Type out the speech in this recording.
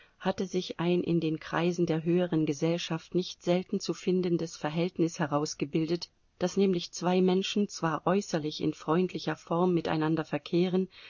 hatte sich ein in den kreisen der höheren gesellschaft nicht selten zu findendes verhältnis herausgebildet daß nämlich zwei menschen zwar äußerlich in freundlicher form miteinander verkehren